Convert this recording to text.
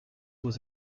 was